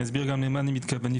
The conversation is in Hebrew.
אני אסביר גם למה אני מתכוון.